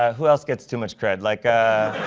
who else gets too much cred? like